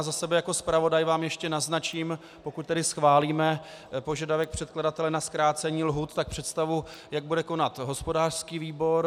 Za sebe jako zpravodaj vám ještě naznačím, pokud tedy schválíme požadavek předkladatele na zkrácení lhůt, tak představu, jak bude konat hospodářský výbor.